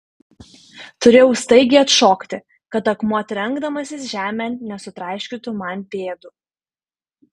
turėjau staigiai atšokti kad akmuo trenkdamasis žemėn nesutraiškytų man pėdų